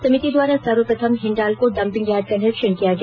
समिति द्वारा सर्वप्रथम हिंडाल्को डंपिंग यार्ड का निरीक्षण किया गया